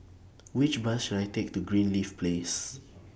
Which Bus should I Take to Greenleaf Place